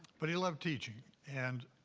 but he loved teaching, and